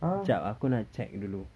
jap aku nak check dulu